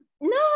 No